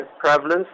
prevalence